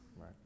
right